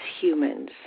humans